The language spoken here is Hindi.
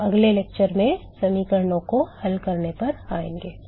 हम अगले व्याख्यान में समीकरणों को हल करने पर आएंगे